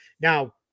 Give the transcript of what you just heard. Now